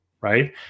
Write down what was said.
right